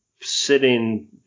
sitting –